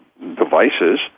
devices